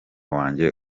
wanjye